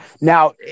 Now